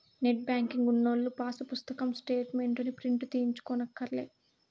net banking ఉన్నోల్లు pass పుస్తకం స్టేటు మెంట్లుని ప్రింటు తీయించుకోనక్కర్లే